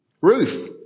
Ruth